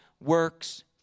works